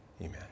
Amen